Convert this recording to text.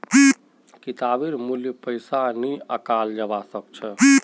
किताबेर मूल्य पैसा नइ आंकाल जबा स ख छ